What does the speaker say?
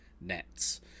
nets